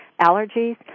allergies